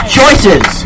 choices